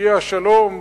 הגיע השלום,